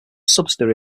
subsidiary